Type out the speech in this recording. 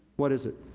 what is it?